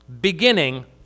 beginning